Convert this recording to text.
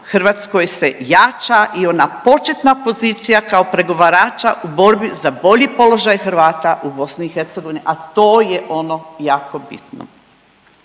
Hrvatskoj se jača i ona početna pozicija kao pregovarača u borbi za bolji položaj Hrvata u BiH, a to je ono jako bitno.